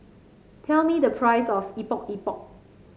tell me the price of Epok Epok